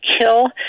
kill